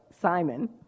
simon